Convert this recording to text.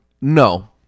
no